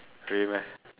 really meh